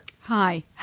Hi